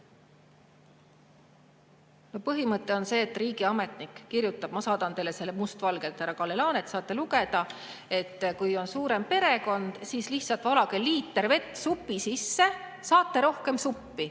Põhimõte on see, et riigiametnik kirjutab – ma saadan teile selle must valgel, härra Kalle Laanet, saate lugeda –, et kui on suurem perekond, siis lihtsalt valage liiter vett [rohkem] supi sisse, ja saate rohkem suppi.